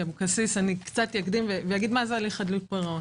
אבקסיס אקדים ואומר מה זה הליך חדלות פירעון.